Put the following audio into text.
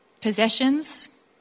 possessions